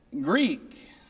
Greek